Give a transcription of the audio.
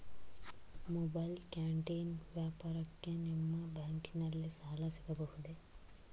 Mobile canteen ವ್ಯಾಪಾರಕ್ಕೆ ನಿಮ್ಮ ಬ್ಯಾಂಕಿನಲ್ಲಿ ಸಾಲ ಸಿಗಬಹುದೇ?